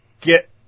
get